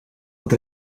het